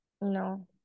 No